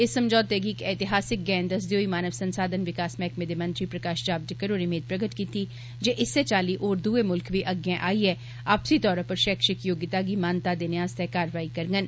इस समझौते गी इक्क ऐतिहासिक गै दस्सदे होई मानव संसाधन विकस मैहकमें दे मंत्री प्रकाश जावडेकर होरें मेद प्रगट कीत्ती जे इस्सै चाल्ली होर दुए मुल्ख बी अग्गै आइयै आपसी तौरा पर शैक्षिक योग्यता गी मान्यता देने आस्तै कारवाई करङन